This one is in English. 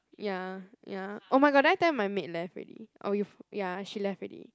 ya ya oh my god did I tell you my maid left already oh you f~ ya she left already